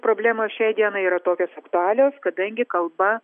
problemos šiai dienai yra tokios aktualios kadangi kalba